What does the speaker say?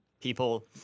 people –